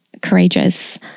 courageous